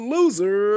Loser